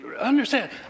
understand